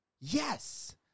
Yes